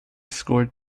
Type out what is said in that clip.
scored